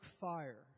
fire